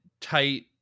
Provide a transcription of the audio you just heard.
tight